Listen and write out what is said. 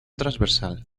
transversal